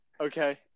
okay